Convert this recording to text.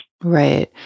Right